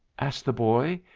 asked the boy,